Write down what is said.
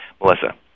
Melissa